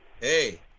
Hey